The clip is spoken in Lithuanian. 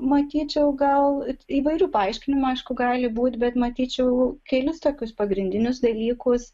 matyčiau gal ir įvairių paaiškinimų aišku gali būt bet matyčiau kelis tokius pagrindinius dalykus